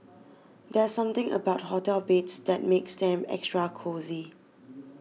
there's something about hotel beds that makes them extra cosy